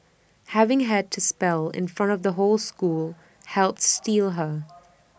having had to spell in front of the whole school helped steel her